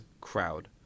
Crowd